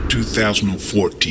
2014